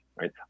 right